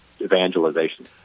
evangelization